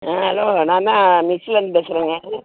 ஆ hello நான் தான் மெஸ்ஸுலேருந்து பேசுகிறேங்க